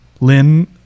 Lynn